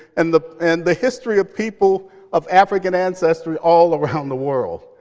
and the and the history of people of african ancestry all around the world.